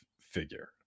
figure